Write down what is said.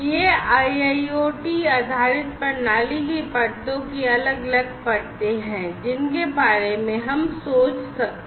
ये IIoT आधारित प्रणाली की परतों की अलग अलग परतें हैं जिनके बारे में हम सोच सकते हैं